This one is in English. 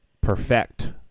perfect